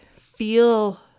feel